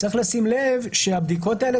צריך לשים לב שהבדיקות האלה,